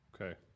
Okay